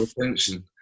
attention